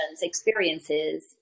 experiences